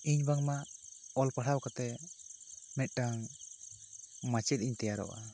ᱤᱧ ᱵᱟᱝᱢᱟ ᱚᱞ ᱯᱟᱲᱦᱟᱣ ᱠᱟᱛᱮᱜ ᱢᱤᱫᱴᱟᱝ ᱢᱟᱪᱮᱫ ᱤᱧ ᱛᱮᱭᱟᱨᱚᱜᱼᱟ